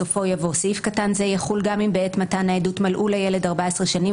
בסופו יבוא "סעיף קטן זה יחול גם אם בעת מתן העדות מלאו לילד 14 שנים,